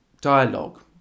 dialogue